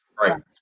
right